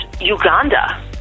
Uganda